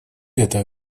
это